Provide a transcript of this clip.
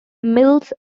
mills